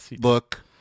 look